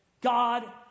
God